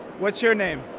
what's your name?